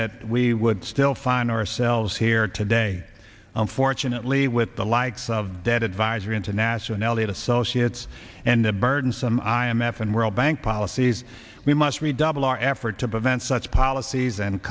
that we would still find ourselves here today unfortunately with the likes of dead advisory into nasional that associates and the burdensome i m f and world bank policies we must redouble our effort to prevent such policies and